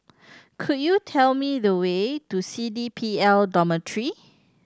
could you tell me the way to C D P L Dormitory